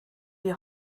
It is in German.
die